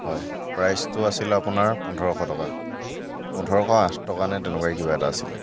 হয় প্ৰাইচটো আছিল আপোনাৰ পোন্ধৰশ টকা পোন্ধৰশ আঠ টকাইনে তেনেকুৱা কিবা এটা আছিলে